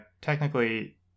technically